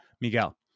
miguel